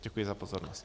Děkuji za pozornost.